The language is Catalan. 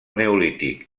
neolític